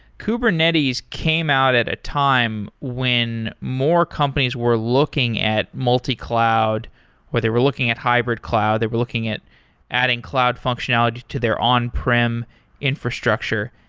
kubernetes came out at a time when more companies were looking at multi-cloud, where they were looking at hybrid cloud, they were looking at adding cloud functionalities to their on-prem infrastructure.